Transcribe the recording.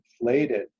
inflated